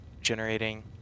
generating